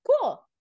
Cool